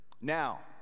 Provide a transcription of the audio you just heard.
Now